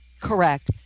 correct